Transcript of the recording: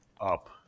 up